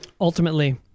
ultimately